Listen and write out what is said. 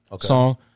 Song